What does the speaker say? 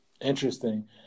Interesting